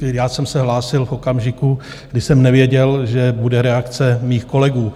Já jsem se hlásil v okamžiku, kdy jsem nevěděl, že bude reakce mých kolegů.